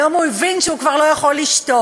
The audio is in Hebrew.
היום הוא הבין שהוא כבר לא יכול לשתוק.